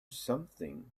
something